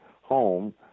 home